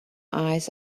eyes